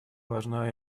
важна